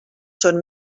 són